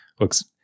looks